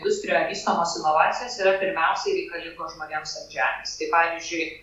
industrijoje vystomos inovacijos yra pirmiausiai reikalingos žmonėms ant žemės tai pavyzdžiui